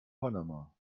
panama